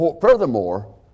furthermore